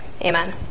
Amen